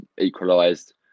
equalised